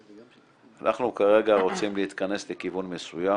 אנחנו כרגע רוצים להתכנס לכיוון מסוים